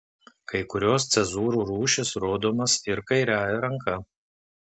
kai kurios cezūrų rūšys rodomos ir kairiąja ranka